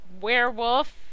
werewolf